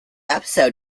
episode